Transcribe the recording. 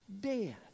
Death